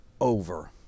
over